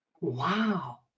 Wow